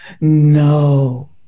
No